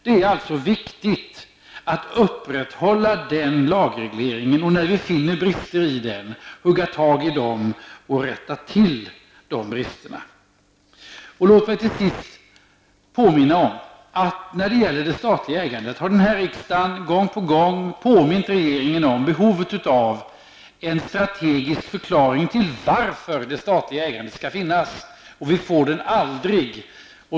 Det är viktigt att vi upprätthåller den lagregleringen och att vi rättar till de brister i denna som vi kan upptäcka. När det gäller det statliga ägandet har riksdagen gång på gång påmint regeringen om behovet av en strategisk förklaring till varför det statliga ägandet skall finnas. Vi får aldrig den förklaringen.